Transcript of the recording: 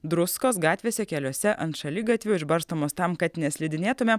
druskos gatvėse keliuose ant šaligatvio išbarstomos tam kad neslidinėtumėm